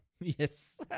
Yes